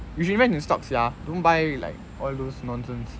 you should invest in stocks sia don't buy like all those nonsense